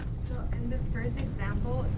in the first example,